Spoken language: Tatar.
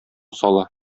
сала